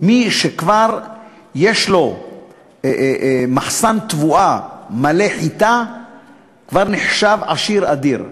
מי שיש לו מחסן תבואה מלא חיטה כבר נחשב עשיר אדיר.